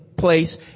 place